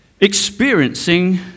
experiencing